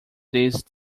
these